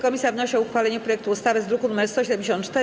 Komisja wnosi o uchwalenie projektu ustawy z druku nr 174.